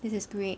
this is great